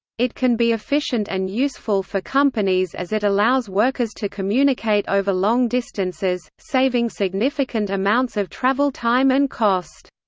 it can be efficient and useful for companies as it allows workers to communicate over long distances, saving significant amounts of travel time and cost.